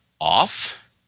off